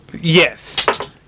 Yes